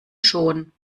schon